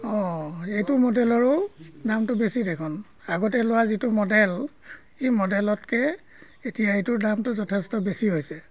অঁ এইটো মডেলৰো দামটো বেছি দেখোন আগতে লোৱা যিটো মডেল এই মডেলতকৈ এতিয়া এইটোৰ দামটো যথেষ্ট বেছি হৈছে